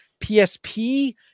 PSP